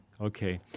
okay